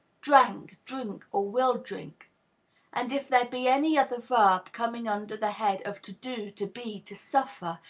drank, drink, or will drink and if there be any other verb coming under the head of to do, to be, to suffer,